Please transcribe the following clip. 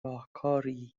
راهکاریی